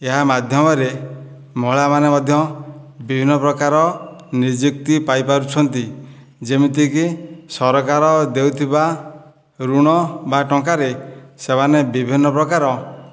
ଏହା ମାଧ୍ୟମରେ ମହିଳା ମାନେ ମଧ୍ୟ ବିଭିନ୍ନ ପ୍ରକାର ନିଯୁକ୍ତି ପାଇପାରୁଛନ୍ତି ଯେମିତିକି ସରକାର ଦେଉଥିବା ଋଣ ବା ଟଙ୍କାରେ ସେମାନେ ବିଭିନ୍ନ ପ୍ରକାର